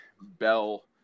Bell –